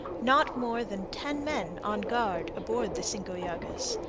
not more than ten men on guard aboard the cinco llagas,